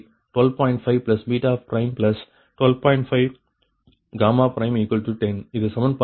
5 10 இது சமன்பாடு 2 ஆகும்